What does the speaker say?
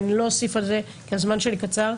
אני לא אוסיף על זה כי הזמן שלי קצר,